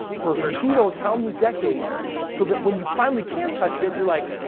for who and who knows how many decades so that when you finally can't touch it, you're like,